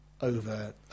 over